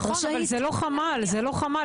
נכון, אבל זה לא חמ"ל, פה זה חמ"ל.